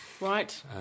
Right